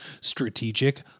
Strategic